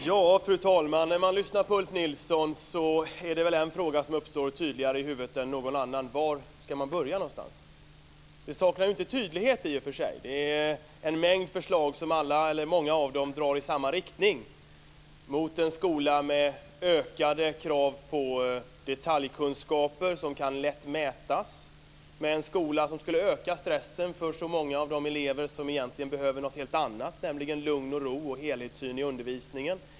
Fru talman! När man lyssnar på Ulf Nilsson uppstår en fråga tydligare än någon annan: Var ska man börja någonstans? Det saknar i och för sig inte tydlighet. Det är en mängd förslag, och många av dem drar i samma riktning: mot en skola med ökade krav på detaljkunskaper som lätt kan mätas. Det är en skola som skulle öka stressen för så många av de elever som egentligen behöver något helt annat, nämligen lugn och ro och helhetssyn i undervisningen.